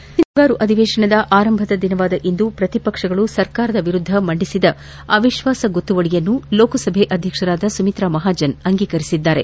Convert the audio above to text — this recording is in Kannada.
ಸಂಸತ್ ಮುಂಗಾರು ಅಧಿವೇಶನದ ಆರಂಭದ ದಿನವಾದ ಇಂದು ಪ್ರತಿಪಕ್ಷಗಳುಸ ಸರ್ಕಾರದ ವಿರುದ್ಧ ಮಂಡಿಸಿದ ಅವಿಶ್ವಾಸ ಗೊತ್ತುವಳಿಯನ್ನು ಲೋಕಸಭಾ ಅಧ್ಯಕ್ಷೆ ಸುಮಿತ್ರ ಮಹಾಜನ್ ಅಂಗೀಕರಿಸಿದ್ದಾರೆ